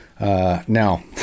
Now